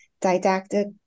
didactic